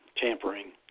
tampering